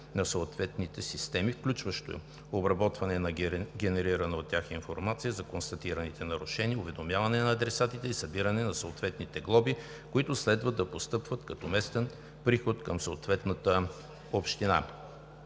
на съответните системи, включващ обработване на генерирана от тях информация за констатираните нарушения, уведомяване на адресатите и събиране на съответните глоби, които следва да постъпват като местен приход към съответната община.